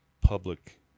public